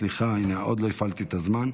עוד לא הפעלתי את הזמן,